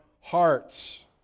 hearts